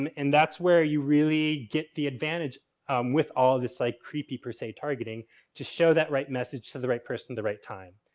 and and that's where you really get the advantage with all this like creepy per se targeting to show that right message to the right person the right time.